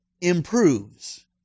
improves